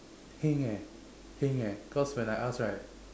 heng eh heng eh because when I ask right